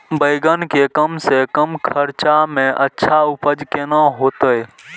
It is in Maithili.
बेंगन के कम से कम खर्चा में अच्छा उपज केना होते?